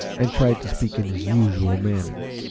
and tried to speak in his usual manner.